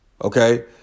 Okay